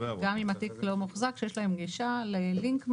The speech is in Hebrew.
גם אם התיק לא מוחזק, שיש להם גישה ללינק מסוים,